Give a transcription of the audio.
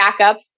backups